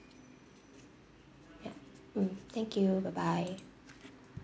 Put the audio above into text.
yup mm thank you bye bye